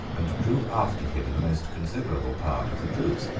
and drew after him the most considerable part of the troops,